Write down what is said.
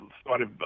started